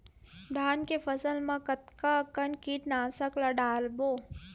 धान के फसल मा कतका कन कीटनाशक ला डलबो?